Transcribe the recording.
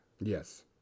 Yes